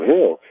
Hill